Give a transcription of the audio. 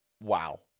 Wow